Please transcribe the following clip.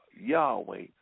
Yahweh